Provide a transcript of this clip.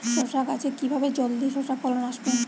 শশা গাছে কিভাবে জলদি শশা ফলন আসবে?